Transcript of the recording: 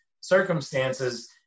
circumstances